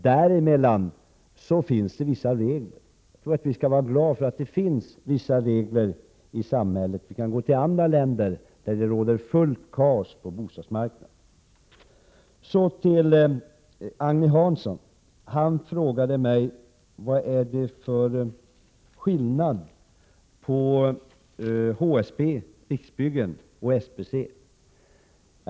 Där finns det vissa regler i samhället, vilket vi skall vara glada för. I vissa länder råder det fullt kaos på bostadsmarknaden. Agne Hansson frågade mig vad det är för skillnad mellan HSB och Riksbyggen å ena sidan och SBC å andra sidan.